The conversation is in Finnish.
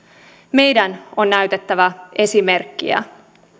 meidän on näytettävä esimerkkiä